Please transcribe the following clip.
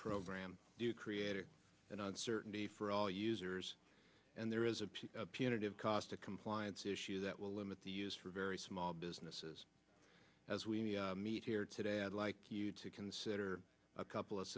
program do create an uncertainty for all users and there is a punitive cost of compliance issues that will limit the use for very small businesses as we meet here today i'd like you to consider a couple